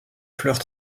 fleurs